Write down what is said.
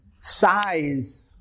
size